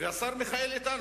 והשר מיכאל איתן,